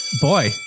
Boy